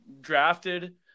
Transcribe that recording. drafted